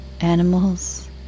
Animals